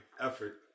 effort